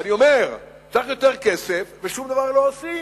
אני אומר, צריך יותר כסף ושום דבר לא עושים.